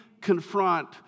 confront